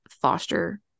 foster